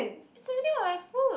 it's already on my foot